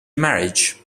marriage